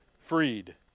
Freed